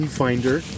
finder